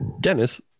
Dennis